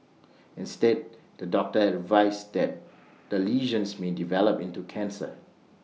instead the doctor had advised that the lesions may develop into cancer